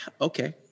Okay